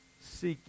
seek